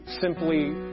simply